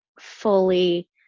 fully –